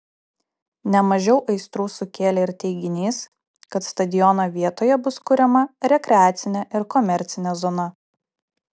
ne mažiau aistrų sukėlė ir teiginys kad stadiono vietoje bus kuriama rekreacinė ir komercinė zona